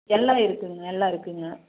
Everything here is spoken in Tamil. எல்லாமே இருக்குங்க எல்லாம் இருக்குங்க